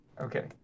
Okay